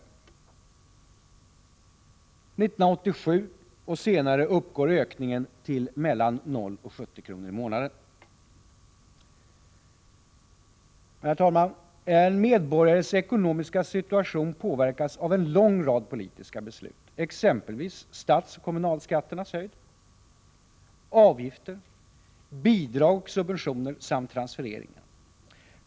1987 och senare uppgår ökningen till mellan 0 och 70 kr. i månaden. En medborgares ekonomiska situation påverkas av en lång rad politiska beslut, exempelvis statsoch kommunalskattens höjd, avgifter, bidrag och subventioner samt transfereringar.